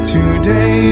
Today